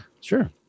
Sure